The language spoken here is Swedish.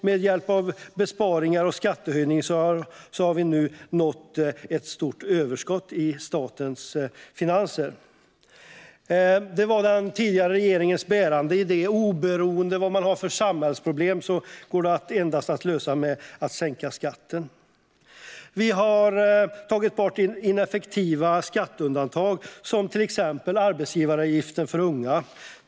Med hjälp av besparingar och skattehöjningar har vi nu nått ett stort överskott i statens finanser. Den tidigare regeringens bärande idé var att oberoende av vad man har för samhällsproblem går de att lösa endast genom att sänka skatten. Vi har tagit bort ineffektiva skatteundantag som till exempel arbetsgivaravgiften för unga.